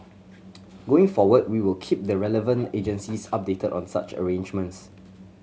going forward we will keep the relevant agencies updated on such arrangements